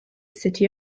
city